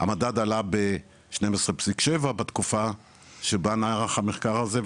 המדד עלה ב- 12.7 בתקופה שבה נערך המחקר הזה,